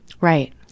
Right